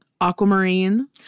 Aquamarine